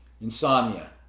insomnia